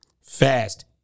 Fast